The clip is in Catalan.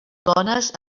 dones